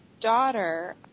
daughter